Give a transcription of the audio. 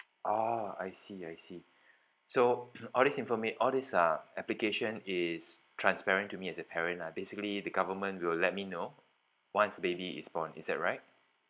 oh I see I see so all this informa~ all this uh application is transparent to me as a parent lah basically the government will let me know once baby is born is that right